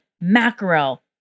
mackerel